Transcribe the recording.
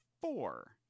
four